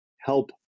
help